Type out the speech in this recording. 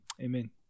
amen